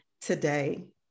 today